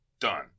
Done